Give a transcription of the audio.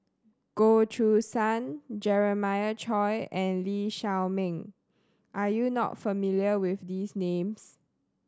Goh Choo San Jeremiah Choy and Lee Shao Meng are you not familiar with these names